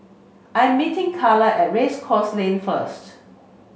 I meeting Cayla at Race Course Lane first